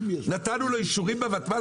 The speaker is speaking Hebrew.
נתנו לו אישורים בותמ"ל,